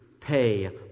Pay